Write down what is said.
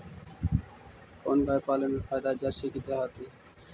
कोन गाय पाले मे फायदा है जरसी कि देहाती?